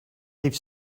rief